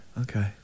Okay